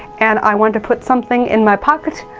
and i want to put something in my pocket,